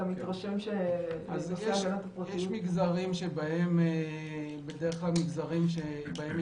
אתה מתרשם שהנושא של הגנת הפרטיות --- בדרך כלל מגזרים שיש בהם